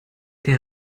der